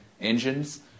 engines